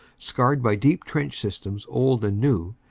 scarred by deep trench systems old and new,